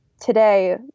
today